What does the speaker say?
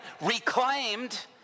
reclaimed